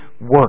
work